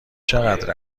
چقدر